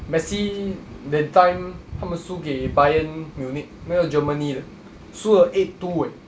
messi that time 他们输给 bayern munich 那个 germany 的输了 eight two eh